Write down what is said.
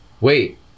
Wait